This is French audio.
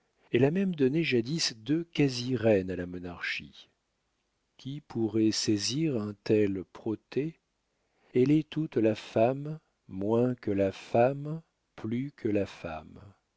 elle a même donné jadis deux quasi reines à la monarchie qui pourrait saisir un tel protée elle est toute la femme moins que la femme plus que la femme